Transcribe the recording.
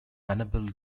annabel